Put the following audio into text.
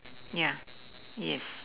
ya yes